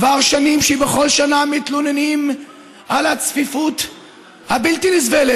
כבר שנים שבכל שנה מתלוננים על הצפיפות הבלתי-נסבלת,